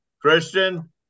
Christian